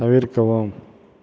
தவிர்க்கவும்